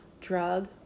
drug